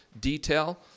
detail